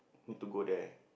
need to go there